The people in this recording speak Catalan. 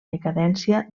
decadència